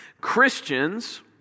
Christians